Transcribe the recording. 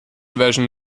version